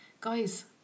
guys